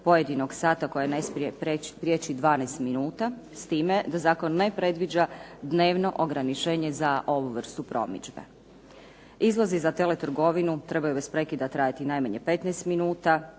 pojedinog sata koje ne smije prijeći 12 minuta. S time da zakon ne predviđa dnevno ograničenje za ovu vrstu promidžbe. Izlazi za teletrgovinu trebaju bez prekida trajati najmanje 15 minuta,